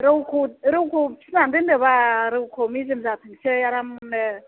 रौखौ रौखौ फिसिनानै दोनदो बाल रौखौ मेजेम जाथोंसै आरामनो